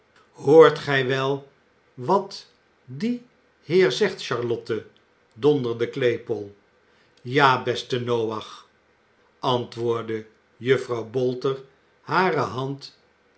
hoort gij wel wat die heer zegt charlotte i donderde claypole ja beste noach antwoordde juffrouw bolter hare hand